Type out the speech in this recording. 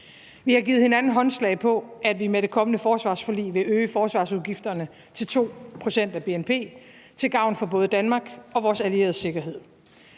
Vi har givet hinanden håndslag på, at vi med det kommende forsvarsforlig vil øge forsvarsudgifterne til 2 pct. af bnp til gavn for både Danmark og vores allieredes sikkerhed.